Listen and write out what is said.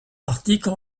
arctiques